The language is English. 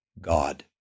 God